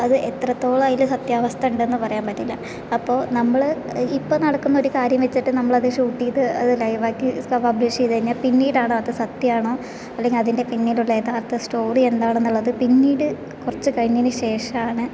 അപ്പോൾ അത് എത്രത്തോളം അതില് സത്യാവസ്ഥ ഉണ്ടെന്ന് പറയാൻ പറ്റില്ല അപ്പോൾ നമ്മള് ഇപ്പോൾ നടക്കുന്ന ഒരു കാര്യം വെച്ചിട്ട് നമ്മളത് ഷൂട്ട് ചെയ്ത് അത് ലൈവ് ആക്കി പബ്ലിഷ് ചെയ്ത് കഴിഞ്ഞാൽ പിന്നീടാണ് അത് സത്യമാണോ അല്ലെങ്കിൽ അതിൻ്റെ പിന്നിലുള്ള യഥാർഥ സ്റ്റോറി എന്താണെന്നുള്ളത് പിന്നീട് കുറച്ച് കഴിഞ്ഞതിന് ശേഷമാണ്